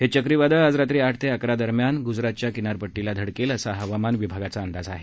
हे चक्रीवादळ आज रात्री आठ ते अकरा दरम्यान गुजरातच्या किनारपट्टीला धडकेल असा हवामान विभागाचा अंदाज आहे